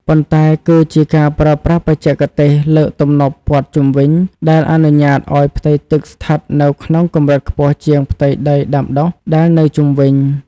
ប៉ុន្តែគឺជាការប្រើប្រាស់បច្ចេកទេសលើកទំនប់ព័ទ្ធជុំវិញ ដែលអនុញ្ញាតឱ្យផ្ទៃទឹកស្ថិតនៅក្នុងកម្រិតខ្ពស់ជាងផ្ទៃដីដាំដុះដែលនៅជុំវិញ។